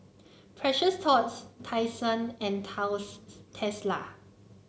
Precious Thots Tai Sun and Tesla